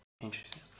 Interesting